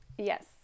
Yes